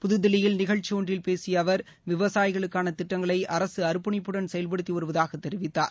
புதுதில்லியில் நிகழ்ச்சி நடுன்றில் பேசிய அவர் விவசாயிகளுக்கான திட்டங்களை அரசு அர்ப்பணிப்புடன் செயல்படுத்தி வருவதாகத் தெரிவித்தார்